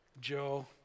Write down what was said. Joe